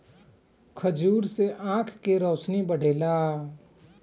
खजूर से आँख के रौशनी बढ़ेला